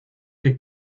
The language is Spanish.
que